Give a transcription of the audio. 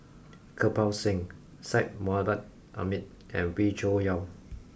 Kirpal Singh Syed Mohamed Ahmed and Wee Cho Yaw